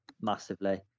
massively